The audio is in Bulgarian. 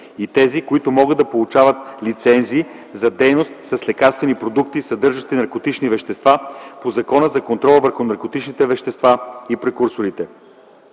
и тези, които могат да получават лицензии за дейности с лекарствени продукти, съдържащи наркотични вещества по Закона за контрол върху наркотичните вещества и прекурсорите.